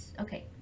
Okay